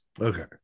okay